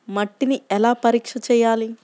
మట్టిని ఎలా పరీక్ష చేయాలి?